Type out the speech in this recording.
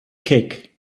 kick